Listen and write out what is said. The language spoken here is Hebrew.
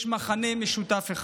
יש מכנה משותף: